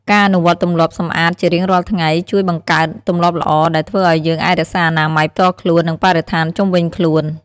ការអនុវត្តទម្លាប់សម្អាតជារៀងរាល់ថ្ងៃ ជួយបង្កើតទម្លាប់ល្អ ដែលធ្វើឲ្យយើងអាចរក្សាអនាម័យផ្ទាល់ខ្លួន និងបរិស្ថានជុំវិញខ្លួន។